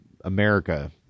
America